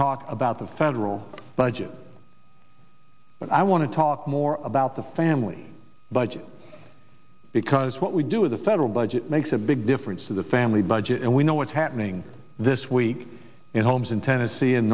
talk about the federal budget but i want to talk more about the family budget because what we do with the federal budget makes a big difference to the family budget and we know what's happening this week in homes in tennessee in